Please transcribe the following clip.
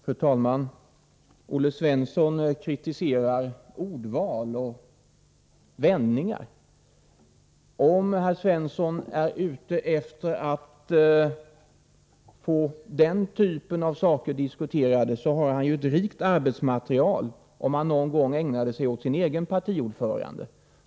Fru talman! Olle Svensson kritiserar ordval och vändningar. Om herr Svensson är ute efter att få den typen av saker diskuterade, har han ett rikt arbetsmaterial om han någon gång ägnade sig åt sin egen partiordförande.